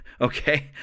okay